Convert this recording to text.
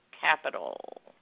capital